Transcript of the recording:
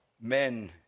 Men